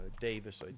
Davis